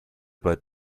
bald